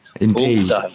indeed